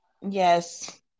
yes